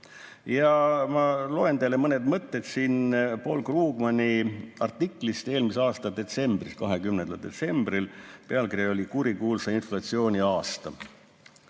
Ma loen teile ette mõned mõtted Paul Krugmani artiklist eelmise aasta detsembris, 20. detsembril. Pealkiri oli "Kurikuulsa inflatsiooni aasta".